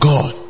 God